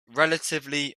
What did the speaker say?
relatively